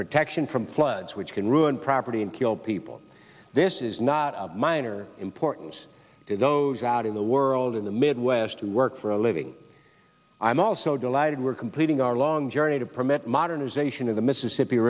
protection from floods which can ruin property and kill people this is not a minor importance to those out in the world in the midwest who work for a living i'm also delighted we're completing our long journey to permit modernization of the mississippi